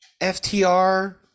FTR